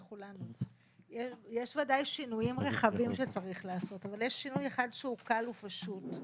יש בוודאי שינוים רחבים שצריך לעשות אבל יש שינוי אחד שקל ופשוט,